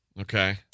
Okay